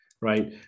right